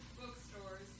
Bookstores